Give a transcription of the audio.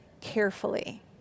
carefully